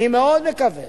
אני מאוד מקווה